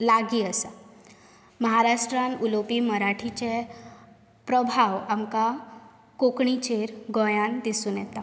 लागीं आसा महाराष्ट्रान उलोवपी मराठीचे प्रभाव आमकां कोंकणीचेर गोंयान दिसून येता